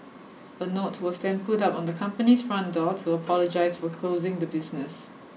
a note was then put up on the company's front door to apologise for closing the business